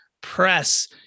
Press